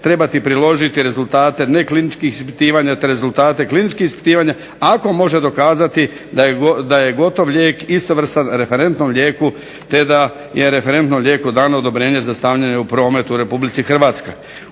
trebati priložiti rezultate nekliničkih ispitivanja, te rezultate kliničkih ispitivanja ako može dokazati da je gotov lijek istovrstan referentnom lijeku dano odobrenje za stavljanje u promet u RH ili od nekoj